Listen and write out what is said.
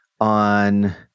on